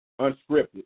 unscripted